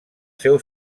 seu